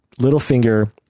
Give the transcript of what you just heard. Littlefinger